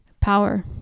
power